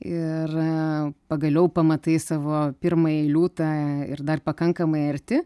ir pagaliau pamatai savo pirmąjį liūtą ir dar pakankamai arti